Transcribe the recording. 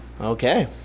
Okay